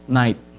night